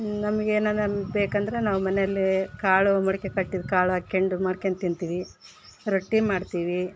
ನಮಗೆ ಏನನ ಬೇಕೆಂದ್ರೆ ನಾವು ಮನೆಲೇ ಕಾಳು ಮೊಳ್ಕೆ ಕಟ್ಟಿದ ಕಾಳು ಹಾಕ್ಕೊಂಡು ಮಾಡ್ಕೊಂಡು ತಿಂತೀವಿ ರೊಟ್ಟಿ ಮಾಡ್ತೀವಿ